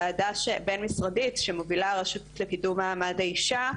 ועדה בין-משרדית שמובילה הרשות לקידום מעמד האישה,